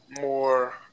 more